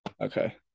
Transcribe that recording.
Okay